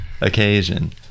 occasion